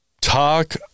talk